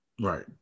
right